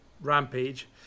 Rampage